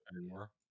Anymore